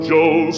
Joe